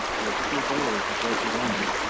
your school photo's right behind you.